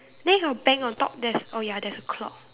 then your bank on top there's oh ya there's a clock